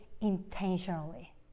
intentionally